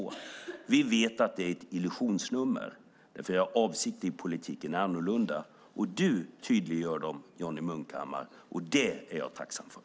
Men vi vet att det är ett illusionsnummer, för era avsikter i politiken är annorlunda. Du, Johnny Munkhammar, tydliggör dem, och det är jag tacksam för.